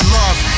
love